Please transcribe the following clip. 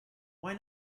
why